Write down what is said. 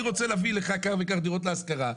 אני רוצה להביא לך דיור להשכרה,